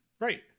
Right